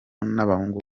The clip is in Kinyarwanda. n’abahungu